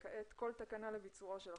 האם כיום אפשר לגרום ליצירת אדם,